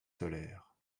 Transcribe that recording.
solaire